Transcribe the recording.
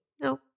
No